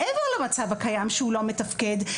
מעבר למצב הקיים שהוא לא מתפקד,